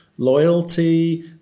Loyalty